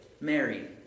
Mary